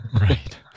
Right